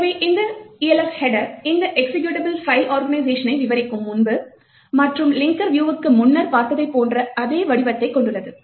எனவே Elf header இந்த executable file ஓர்கனைசேஷனை விவரிக்கும் முன்பு மற்றும் லிங்கர் வியூவுக்கு முன்னர் பார்த்ததைப் போன்ற அதே வடிவத்தைக் கொண்டுள்ளது